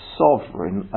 sovereign